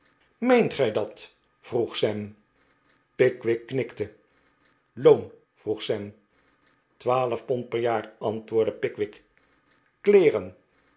meent gij dat vroeg sam pickwick knikte loon vroeg sam twaalf pond per jaar antwoordde pickwick kleeren